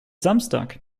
samstag